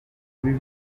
ibi